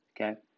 Okay